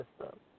system